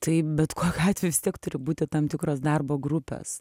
tai bet kokiu atveju vis tiek turi būti tam tikras darbo grupės